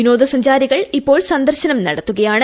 വിനോദ സഞ്ചാരികൾ ഇപ്പോൾ സന്ദർശനം നടത്തുകയാണ്